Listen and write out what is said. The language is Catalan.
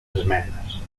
esmenes